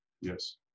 yes